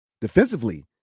defensively